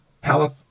power